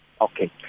Okay